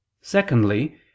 Secondly